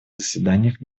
заседаниях